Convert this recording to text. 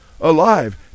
Alive